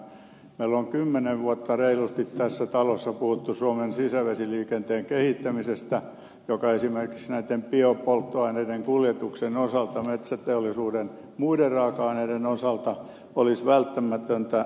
meillä on kymmenen vuotta reilusti tässä talossa puhuttu suomen sisävesiliikenteen kehittämisestä joka esimerkiksi näitten biopolttoaineiden kuljetuksen osalta metsäteollisuuden muiden raaka aineiden osalta olisi välttämätöntä